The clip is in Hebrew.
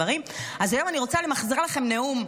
אז היום אני רוצה למחזר לכם נאום,